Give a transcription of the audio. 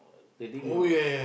that day we were